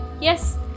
yes